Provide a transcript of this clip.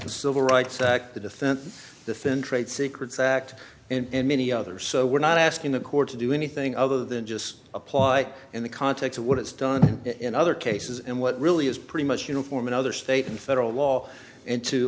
the civil rights act to defend defend trade secrets act and many other so we're not asking the court to do anything other than just apply in the context of what it's done in other cases and what really is pretty much uniform another state and federal law and to